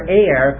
air